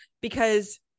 because-